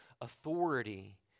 authority